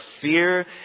fear